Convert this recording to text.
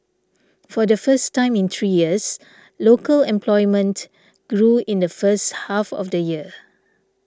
for the first time in three years local employment grew in the first half of the year